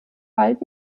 wald